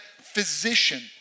physician